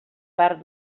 part